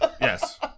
Yes